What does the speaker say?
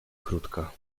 krótka